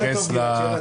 למרות זאת לילה טוב,